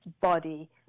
body